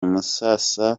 musasa